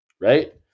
right